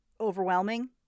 overwhelming